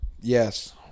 Yes